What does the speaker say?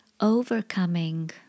overcoming